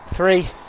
Three